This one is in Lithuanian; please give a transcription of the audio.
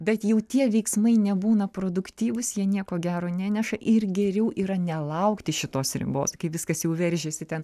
bet jau tie veiksmai nebūna produktyvūs jie nieko gero neneša ir geriau yra nelaukti šitos ribos kai viskas jau veržiasi ten